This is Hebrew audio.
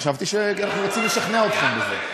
חשבתי שאנחנו רוצים לשכנע אתכם בזה.